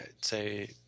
say